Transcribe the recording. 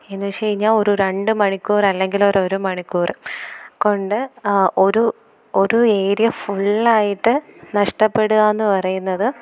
എന്നുവെച്ച് കഴിഞ്ഞാൽ ഒരു രണ്ട് മണിക്കൂർ അല്ലെങ്കിൽ ഒരു ഒരു മണിക്കൂറ് കൊണ്ട് ആ ഒരു ഒരു ഏരിയ ഫുള്ള് ആയിട്ട് നഷ്ടപ്പെടുക എന്ന് പറയുന്നത്